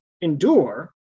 endure